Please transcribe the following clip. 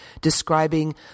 describing